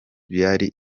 byari